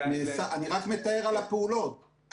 אני רק מתאר על הפעולות.